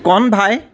Konbhai